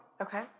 Okay